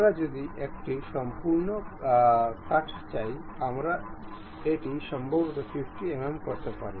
আমরা যদি একটি সম্পূর্ণ কাট চাই আমরা এটি সম্ভবত 50 mm করতে পারি